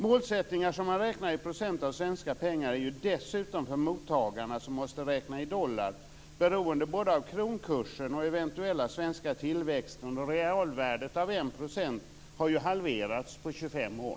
Målsättningar som räknas i procent av svenska pengar är dessutom för mottagarna, som måste räkna i dollar, beroende av både kronkursen och den eventuella svenska tillväxten. Realvärdet av 1 % har ju halverats på 25 år.